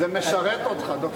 זה משרת אותך, ד"ר טיבי.